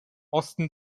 osten